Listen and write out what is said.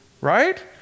right